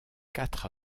quatre